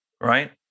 Right